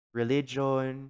religion